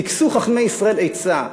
טיכסו חכמי ישראל עצה,